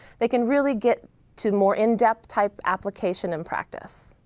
they can really get to more in-depth type application and practice.